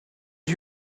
eut